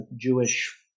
Jewish